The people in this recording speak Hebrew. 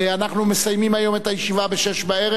אנחנו מסיימים היום את הישיבה ב-18:00.